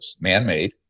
man-made